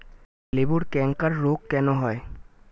লেবুর ক্যাংকার রোগ কেন হয়?